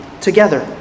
together